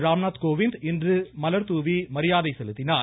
ராம்நாத் கோவிந்த் இன்று மலர்துாவி மரியாதை செலுத்தினர்